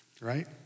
Right